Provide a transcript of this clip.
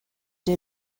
der